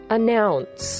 Announce